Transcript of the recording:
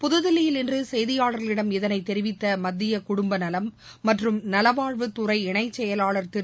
புதுதில்லியில் இன்று செய்தியாளர்களிடம் இதனை தெரிவித்த மத்திய குடும்ப நலம் மற்றும் நலவாழ்வுத்துறை இணைச் செயலாளார் திரு